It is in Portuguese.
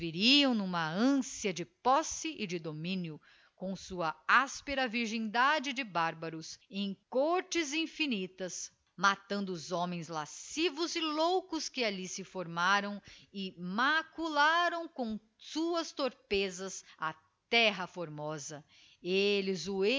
n'uma anciã de posse e de dominio com sua áspera virgindade de bárbaros em cohortes infinitas matando os homens lascivos e loucos que alli se formaram e macularam com suas torpezas a terra formosa elles